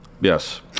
Yes